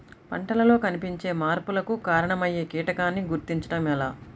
పంటలలో కనిపించే మార్పులకు కారణమయ్యే కీటకాన్ని గుర్తుంచటం ఎలా?